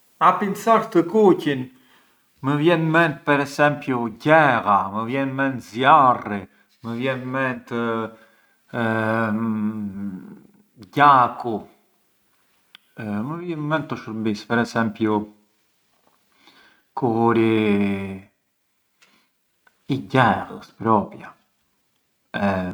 Mua më përqejën më shumë qent, përçë qent jan më affettuosi, të duan më mirë, të ftojën më… ngë e di na të duan mirë ma sicuramenti te ftojën më shumë përçë kërkojën karicjen, tundjën bishtin, të qeshjën, kan gazin, inveci maçet skurseni nga je o ngë je për ata ë paraç, allura u votar qent.